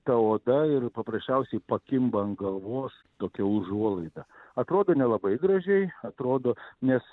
ta oda ir paprasčiausiai pakimba ant galvos tokia užuolaida atrodo nelabai gražiai atrodo nes